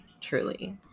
truly